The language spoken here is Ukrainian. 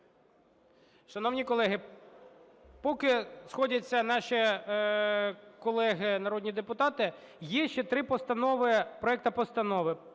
Шановні колеги, поки сходяться наші колеги народні депутати є ще 3 постанови,